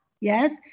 Yes